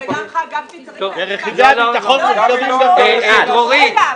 ורכיבי הביטחון מורכבים --- רגע,